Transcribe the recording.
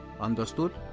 understood